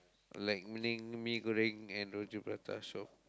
like meaning mee-goreng and roti-prata shop